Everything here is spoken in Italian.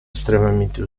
estremamente